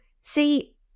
See